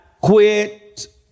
quit